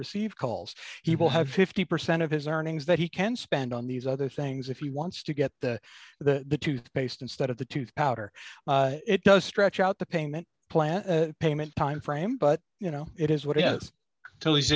receive calls he will have fifty percent of his earnings that he can spend on these other things if he wants to get the toothpaste instead of the tooth powder it does stretch out the payment plan payment timeframe but you know it is what i